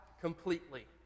completely